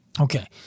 Okay